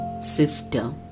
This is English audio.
sister